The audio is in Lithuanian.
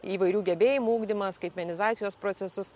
įvairių gebėjimų ugdymą skaitmenizacijos procesus